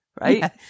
Right